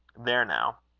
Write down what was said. there, now!